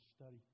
study